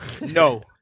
No